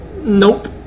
Nope